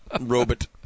Robot